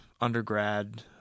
undergrad